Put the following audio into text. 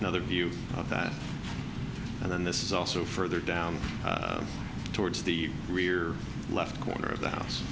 another view of that and then this is also further down towards the rear left corner of the house